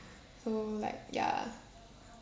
so like ya